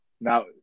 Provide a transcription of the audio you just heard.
Now